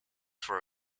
for